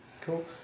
Cool